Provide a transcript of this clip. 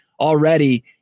already